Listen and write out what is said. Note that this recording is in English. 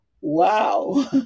Wow